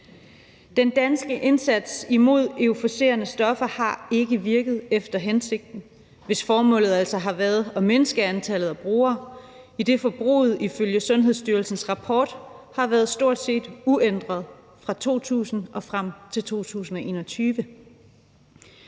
Den danske indsats imod euforiserende stoffer har ikke virket efter hensigten, hvis formålet altså har været at mindske antallet af brugere, idet forbruget ifølge Sundhedsstyrelsens rapport har været stort set uændret fra 2000 og frem til 2021.